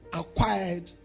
acquired